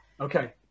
Okay